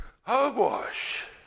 Hogwash